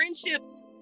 friendships